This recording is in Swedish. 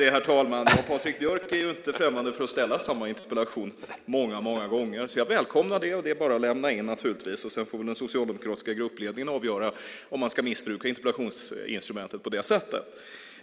Herr talman! Patrik Björck är ju inte främmande för att ställa samma interpellation många, många gånger. Jag välkomnar det. Det är naturligtvis bara att lämna in en interpellation och sedan får väl den socialdemokratiska gruppledningen avgöra om man ska missbruka interpellationsinstrumentet på det sättet.